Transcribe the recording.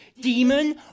demon